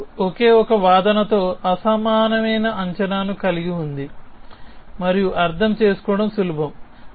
ఇది ఒకే ఒక వాదనతో అసమానమైన అంచనాను కలిగి ఉంది మరియు అర్థం చేసుకోవడం సులభం